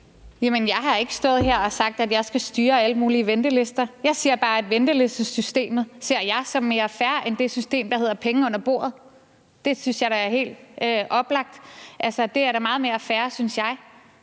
jeg har ikke stået her og sagt, at jeg skal styre alle mulige ventelister. Jeg siger bare, at jeg ser ventelistesystemet som mere fair end det system, der hedder penge under bordet. Det synes jeg da er helt oplagt. Altså, det er da meget mere fair, synes jeg.